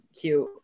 cute